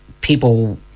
people